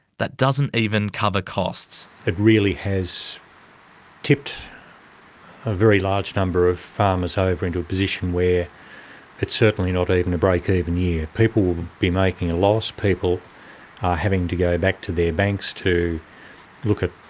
that doesn't even cover costs. it really has tipped a very large number of farmers ah over into a position where it's certainly not even a breakeven year. people will be making a loss. people are having to go back to their banks to look at